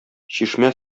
чишмә